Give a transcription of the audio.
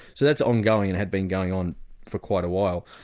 so that's ongoing, and had been going on for quite a while.